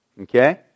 Okay